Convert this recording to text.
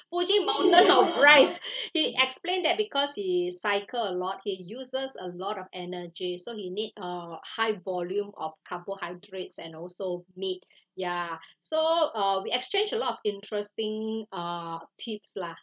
fuji mountain of rice he explained that because he cycle a lot he uses a lot of energy so he need uh high volume of carbohydrates and also meat ya so uh we exchanged a lot of interesting uh tips lah